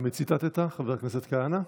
את מי ציטטת, חבר הכנסת כהנא?